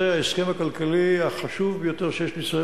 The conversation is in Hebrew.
זה ההסכם הכלכלי החשוב ביותר שיש לישראל